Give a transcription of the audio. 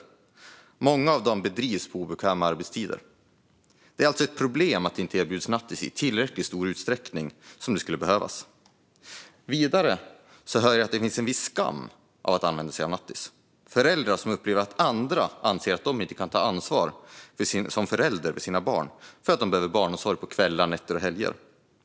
Inom många av dessa branscher arbetar man på obekväma arbetstider. Det är alltså ett problem att det inte erbjuds nattis i tillräckligt stor utsträckning. Vidare hör jag att det finns en viss skam i att använda sig av nattis. Föräldrar upplever att andra anser att de som föräldrar inte kan ta ansvar för sina barn för att de behöver barnomsorg på kvällar, nätter och helger.